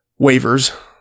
Waivers